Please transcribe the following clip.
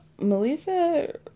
melissa